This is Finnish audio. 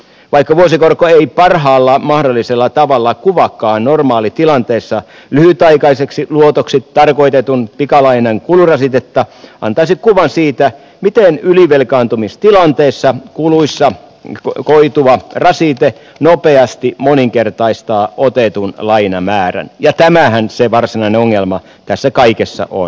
vaikka vuosikorko ei parhaalla mahdollisella tavalla kuvaakaan normaalitilanteessa lyhytaikaiseksi luotoksi tarkoitetun pikalainan kulurasitetta antaa se kuvan siitä miten ylivelkaantumistilanteessa kuluista koituva rasite nopeasti moninkertaistaa otetun lainamäärän ja tämähän se varsinainen ongelma tässä kaikessa on